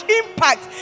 impact